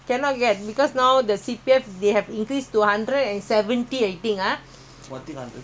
your C_P_F got two hundred thousand two hundred thousand C_P_F example ah now government rules what